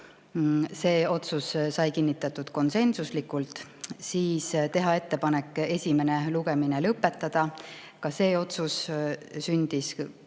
see otsus sai kinnitatud konsensuslikult, ettepaneku esimene lugemine lõpetada, ka see otsus sündis